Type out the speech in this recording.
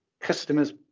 customers